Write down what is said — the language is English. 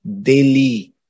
daily